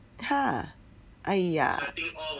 !huh! !aiya!